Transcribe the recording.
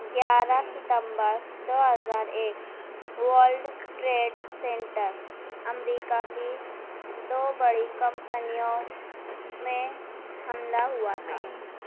گیارہ ستمبر دو ہزار ایک ورلڈ ٹریڈ سینٹر امریکہ کی دو بڑی کمپنیوں میں حملہ ہوا تھا